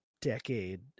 decade